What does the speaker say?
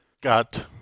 Got